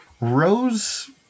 Rose